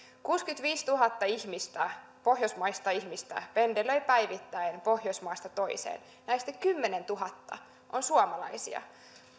kuusikymmentäviisituhatta pohjoismaista ihmistä pendelöi päivittäin pohjoismaasta toiseen ja näistä kymmenentuhatta on suomalaisia